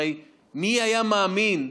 הרי מי היה מאמין,